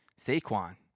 Saquon